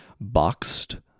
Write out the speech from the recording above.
Boxed